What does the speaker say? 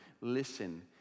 listen